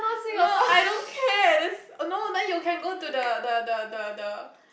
no I don't care that's oh no then you can go the the the the the the